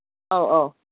ꯑꯧ ꯑꯧ